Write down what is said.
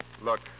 Look